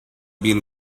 been